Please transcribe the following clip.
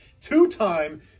two-time